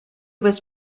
was